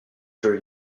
during